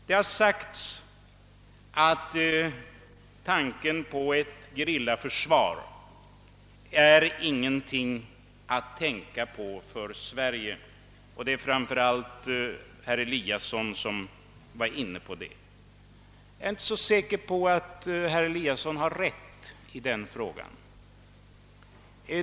Det har sagts att ett gerillaförsvar inte är någonting att tänka på för Sveriges del. Det är framför allt herr Eliasson som i dag har varit inne på denna tanke, men jag är inte så säker på att han har rätt.